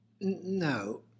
No